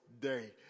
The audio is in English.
Day